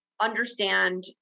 understand